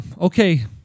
Okay